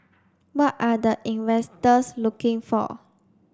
what are the investors looking for